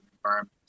environment